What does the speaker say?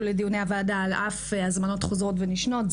לדיוני הוועדה על אף הזמנות חוזרות ונשנות.